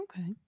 Okay